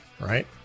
right